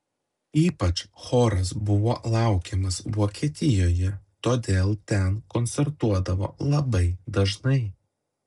ypač choras buvo laukiamas vokietijoje todėl ten koncertuodavo labai dažnai